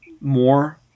more